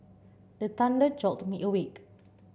the thunder jolt me awake